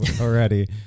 already